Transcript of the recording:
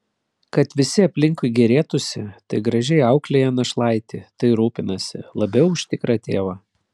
kad visi aplinkui gėrėtųsi tai gražiai auklėja našlaitį tai rūpinasi labiau už tikrą tėvą